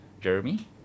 Jeremy